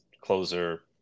closer